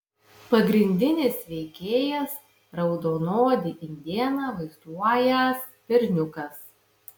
pagrindinis veikėjas raudonodį indėną vaizduojąs berniukas